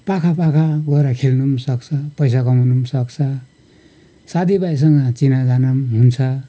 पाखा पाखा गएर खेल्नु पनि सक्छ पैसा कमाउनु पनि सक्छ साथीभाइसँग चिनाजाना पनि हुन्छ